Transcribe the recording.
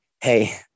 hey